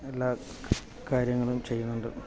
എല്ലാ കാര്യങ്ങളും ചെയ്യുന്നുണ്ട്